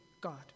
God